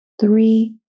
three